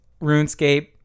runescape